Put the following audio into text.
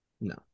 No